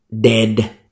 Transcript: dead